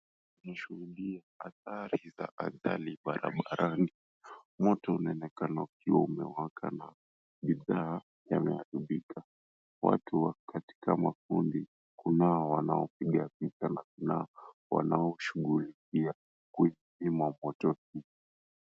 Tukio cha ajali barabarani. Moto unaonekana ukiwa umewaka na bidhaa yameharibika. Watu wako katika kundi, kunao wanaopiga picha na kunao shughulikia kuizima moto hii.